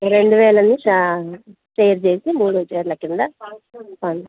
రెండు వేల నుంచి స్టే చేసి మూడు చీరల కింద